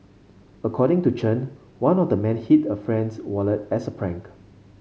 according to Chen one of the men hid a friend's wallet as a prank